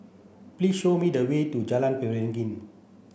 please show me the way to Jalan Beringin